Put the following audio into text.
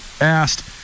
asked